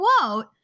quote